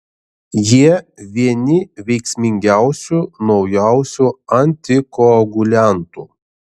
jie vieni veiksmingiausių naujausių antikoaguliantų